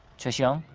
choi si-young,